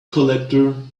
collector